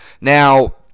Now